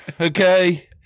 Okay